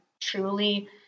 truly